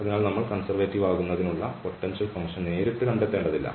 അതിനാൽ നമ്മൾ കൺസെർവേറ്റീവ് ആകുന്നതിനുള്ള പൊട്ടൻഷ്യൽ ഫങ്ക്ഷൻ നേരിട്ട് കണ്ടെത്തേണ്ടതില്ല